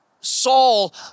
Saul